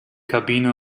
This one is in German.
kabine